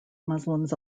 muslims